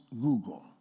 Google